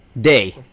Day